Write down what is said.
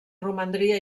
romandria